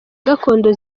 gakondo